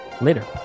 Later